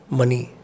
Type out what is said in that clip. money